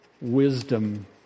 wisdom